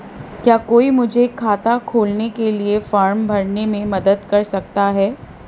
क्या कोई मुझे खाता खोलने के लिए फॉर्म भरने में मदद कर सकता है?